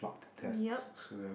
yup